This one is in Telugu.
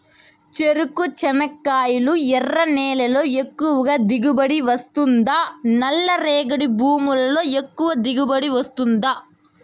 చెరకు, చెనక్కాయలు ఎర్ర నేలల్లో ఎక్కువగా దిగుబడి వస్తుందా నల్ల రేగడి భూముల్లో ఎక్కువగా దిగుబడి వస్తుందా